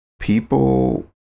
People